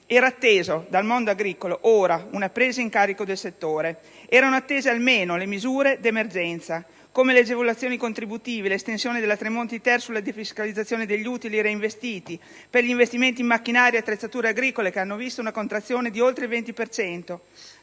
era attesa dal mondo agricolo, ora, una presa in carico del settore. Erano attese almeno misure di emergenza come le agevolazioni contributive, l'estensione della "Tremonti-*ter*" sulla defiscalizzazione degli utili reinvestiti per gli investimenti in macchinari e attrezzature agricole, che hanno visto una contrazione di oltre il 20